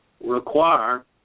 require